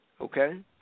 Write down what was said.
Okay